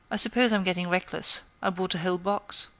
i suppose i'm getting reckless i bought a whole box.